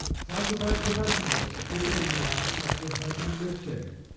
classified professionals did a lot of the heavy lifting.